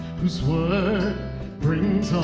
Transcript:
whose word brings